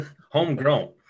homegrown